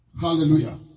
Hallelujah